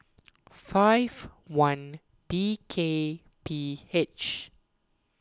five one B K P H